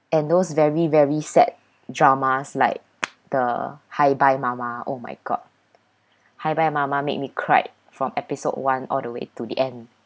and those very very sad dramas like the hi bye mama oh my god hi bye mama made me cried from episode one all the way to the end